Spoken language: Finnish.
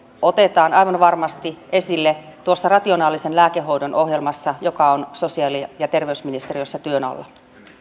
otetaan aivan varmasti esille tuossa rationaalisen lääkehoidon ohjelmassa joka on sosiaali ja ja terveysministeriössä työn alla